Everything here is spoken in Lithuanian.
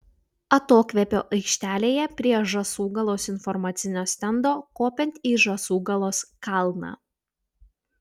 atokvėpio aikštelėje prie žąsūgalos informacinio stendo kopiant į žąsūgalos kalną